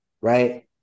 right